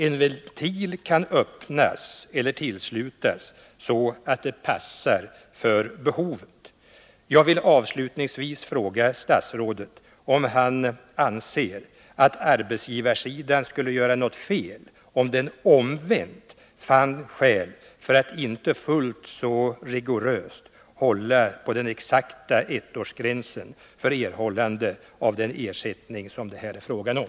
En ventil kan öppnas eller tillslutas så att det passar för behovet. Jag vill avslutningsvis fråga statsrådet om han anser att arbetsgivarsidan skulle göra något fel, om den omvänt fann skäl för att inte fullt så rigoröst hålla på den exakta ettårsgränsen för erhållande av ersättning som det här är fråga om.